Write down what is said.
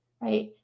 right